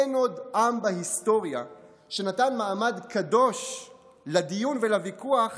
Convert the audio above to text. אין עוד עם בהיסטוריה שנתן מעמד קדוש לדיון ולוויכוח